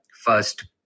first